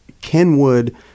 Kenwood